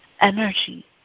energy